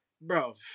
Bro